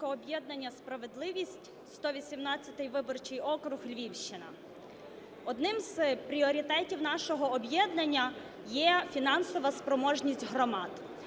об'єднання "Справедливість", 118 виборчий округ, Львівщина. Одним з пріоритетів нашого об'єднання є фінансова спроможність громад.